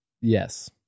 Yes